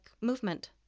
movement